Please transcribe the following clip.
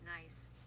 nice